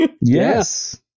Yes